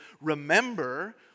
remember